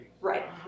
right